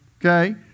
Okay